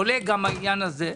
עולה גם העניין הזה.